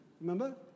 remember